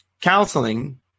counseling